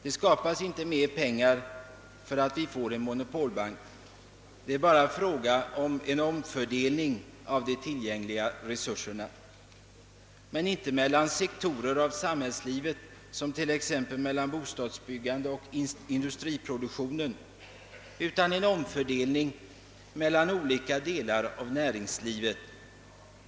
Det skapas inte mer pengar för att vi får en monopolbank. Det är bara fråga om en omfördelning av de tillgängliga resurserna, men inte en omfördelning mellan olika sektorer av samhällslivet som t.ex. mellan bostadsbyggandet och industriproduktionen, utan en omfördelning mellan olika delar av näringslivet.